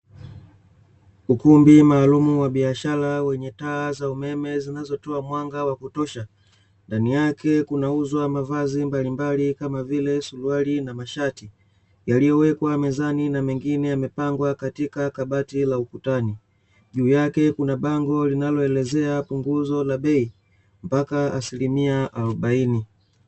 Ukumbi maalumu wa biashara wenye taa za umeme zinazotoa mwanga wa kutosha, ndani yake kunauzwa mavazi mbalimbali kama vile: suruali na mashati, yaliyowekwa mezani na mengine yamepangwa katika kabati la ukutani, juu yake kuna bango linaloelezea punguzo la bei mpaka asilimia arobaini.